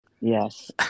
Yes